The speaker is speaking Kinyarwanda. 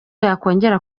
yakongera